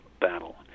battle